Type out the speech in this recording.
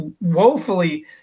woefully